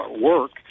work